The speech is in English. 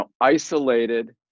isolated